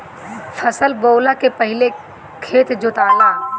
फसल बोवले के पहिले खेत जोताला